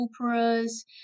operas